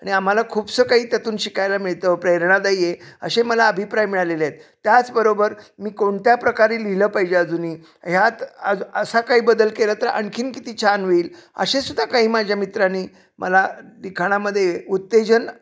आणि आम्हाला खूपसं काही त्यातून शिकायला मिळतं प्रेरणादायी आहे असे मला अभिप्राय मिळालेले आहेत त्याचबरोबर मी कोणत्या प्रकारे लिहिलं पाहिजे अजूनही ह्यात आज असा काही बदल केला तर आणखी किती छान होईल असेसुद्धा काही माझ्या मित्रांनी मला लिखाणामध्ये उत्तेजन